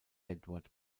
edward